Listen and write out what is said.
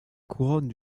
couronne